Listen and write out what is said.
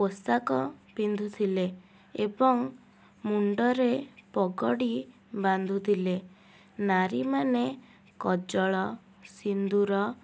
ପୋଷାକ ପିନ୍ଧୁଥିଲେ ଏବଂ ମୁଣ୍ଡରେ ପଗଡ଼ି ବାନ୍ଧୁଥିଲେ ନାରୀମାନେ କଜଳ ସିନ୍ଦୂର